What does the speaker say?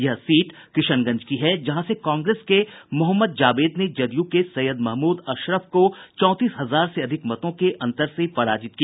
यह सीट किशनगंज की है जहां से कांग्रेस के मोहम्मद जावेद ने जदयू के सैयद महमूद अशरफ को चौंतीस हजार से अधिक मतों के अंतर से पराजित किया